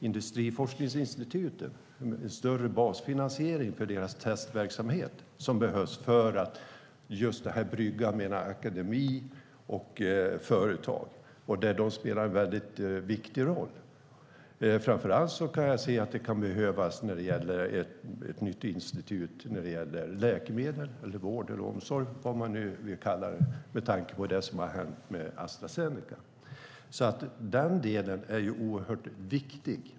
Industriforskningsinstituten kan behöva en större basfinansiering av sin testverksamhet som är en viktig brygga mellan akademi och företag. Framför allt kan det behövas ett nytt institut för läkemedel, vård och omsorg med tanke på det som hänt Astra Zeneca. Den delen är alltså viktig.